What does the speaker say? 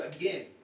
again